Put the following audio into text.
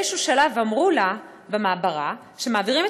באיזשהו שלב אמרו לה במעברה שמעבירים